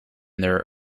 their